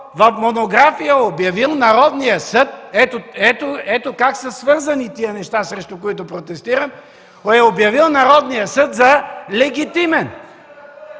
в монография е обявил Народния съд – ето как са свързани тези неща, срещу които протестирам – е обявил Народния съд за легитимен!